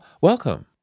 Welcome